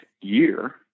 year